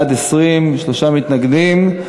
בעד, 20, שלושה מתנגדים.